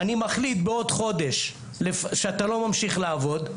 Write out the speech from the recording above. אני מחליט בעוד חודש שאתה לא ממשיך לעבוד,